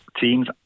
Teams